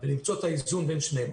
ולמצוא את האיזון בין שניהם.